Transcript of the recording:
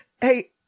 hey